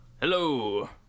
Hello